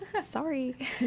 sorry